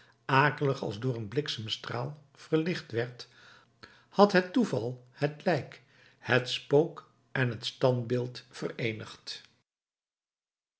akelig als door een bliksemstraal verlicht werd had het toeval het lijk het spook en het standbeeld